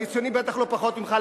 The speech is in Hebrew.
אני ציוני בטח לא פחות ממך,